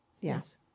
yes